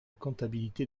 comptabilité